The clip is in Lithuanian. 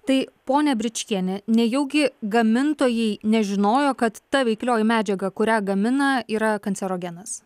tai ponia bričkiene nejaugi gamintojai nežinojo kad ta veiklioji medžiaga kurią gamina yra kancerogenas